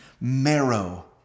marrow